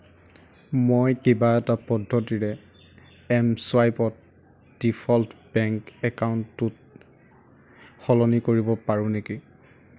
মই কিবা এটা পদ্ধতিৰে এমছুৱাইপত ডিফ'ল্ট বেংক একাউণ্টটোত সলনি কৰিব পাৰোঁ নেকি